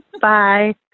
Bye